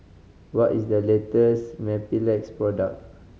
what is the latest Mepilex product